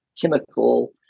chemical